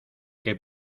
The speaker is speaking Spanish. que